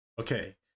Okay